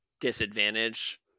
disadvantage